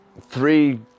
Three